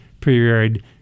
Period